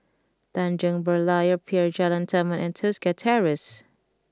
Tanjong Berlayer Pier Jalan Taman and Tosca Terrace